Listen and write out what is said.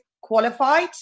qualified